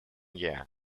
year